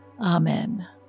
amen